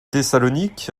thessalonique